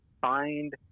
find